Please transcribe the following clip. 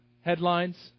Headlines